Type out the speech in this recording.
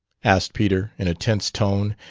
asked peter in a tense tone,